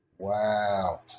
Wow